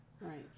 Right